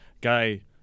guy